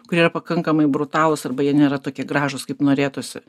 kurie yra pakankamai brutalūs arba jie nėra tokie gražūs kaip norėtųsi